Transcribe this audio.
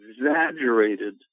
exaggerated